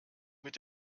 mit